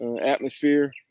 atmosphere